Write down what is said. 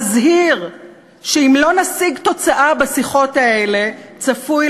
מזהיר שאם לא נשיג תוצאה בשיחות האלה צפוי